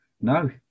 no